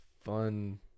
fun